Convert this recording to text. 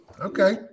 Okay